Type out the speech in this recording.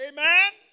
Amen